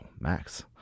Max